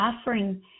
offering